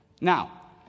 Now